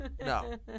No